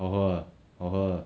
好喝啊好喝啊